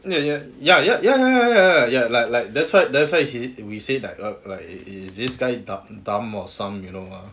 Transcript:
ya ya ya ya ya ya ya ya ya like like that's why that's why we say like like this guy dumb or some you know ah